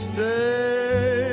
Stay